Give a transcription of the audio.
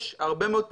יש הרבה מאוד פעולות.